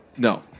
No